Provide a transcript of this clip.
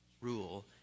rule